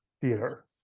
theater